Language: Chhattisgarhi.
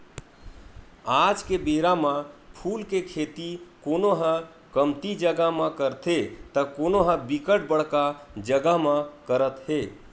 आज के बेरा म फूल के खेती कोनो ह कमती जगा म करथे त कोनो ह बिकट बड़का जगा म करत हे